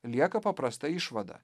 lieka paprasta išvada